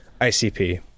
ICP